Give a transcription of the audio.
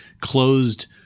closed